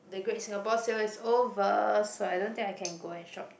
the Great-Singapore-Sale is over so I don't think I can go and shopped